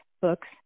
books